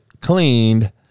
cleaned